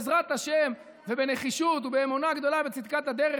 בעזרת השם ובנחישות ובאמונה גדולה בצדקת הדרך,